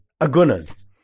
agunas